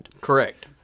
Correct